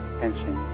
tension